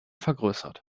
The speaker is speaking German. vergrößert